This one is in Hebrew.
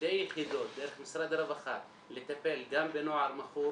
שתי יחידות דרך משרד הרווחה לטפל גם בנוער מכור